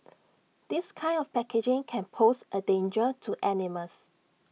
this kind of packaging can pose A danger to animals